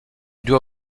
doit